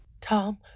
Tom